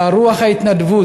בין רוח ההתנדבות,